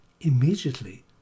Immediately